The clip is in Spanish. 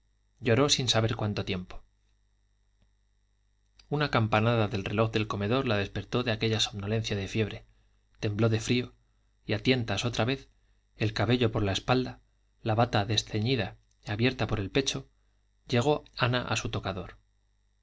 lloró sin saber cuánto tiempo una campanada del reloj del comedor la despertó de aquella somnolencia de fiebre tembló de frío y a tientas otra vez el cabello por la espalda la bata desceñida y abierta por el pecho llegó ana a su tocador